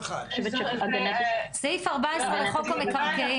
סעיף 14 לחוק המקרקעין,